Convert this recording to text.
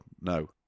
No